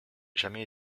jamais